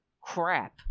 crap